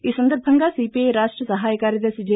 ఈ సందర్భంగా సీపీఐ రాష్ట సహాయ కార్యదర్ని జె